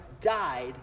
died